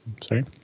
Sorry